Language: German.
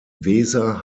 weser